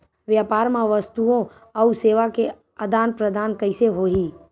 व्यापार मा वस्तुओ अउ सेवा के आदान प्रदान कइसे होही?